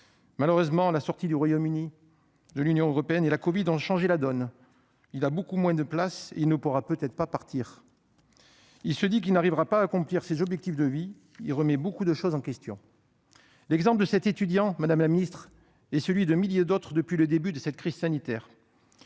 Malheureusement, la sortie du Royaume-Uni de l'Union européenne et la covid-19 ont changé la donne. Il y a beaucoup moins de places et il ne pourra peut-être pas partir. Notre étudiant se dit qu'il n'arrivera pas à accomplir ses objectifs de vie. Il remet beaucoup de choses en question. La souffrance de cet étudiant, madame la secrétaire d'État, est celle de milliers d'autres depuis le début de cette crise sanitaire